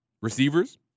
Receivers